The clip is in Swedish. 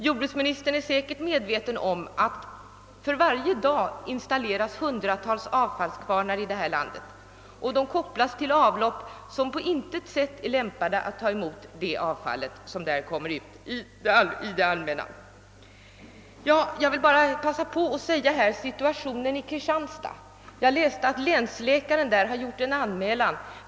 Jordbruksministern är säkert medveten om att det varje dag installeras hundratals avfallskvarnar i detta land, och de kopplas till avlopp som på intet sätt är lämpade att ta emot avfallet i fråga. Jag vill passa på att erinra om situationen i Kristianstad. Jag läste att länsläkaren där gjort en anmälan.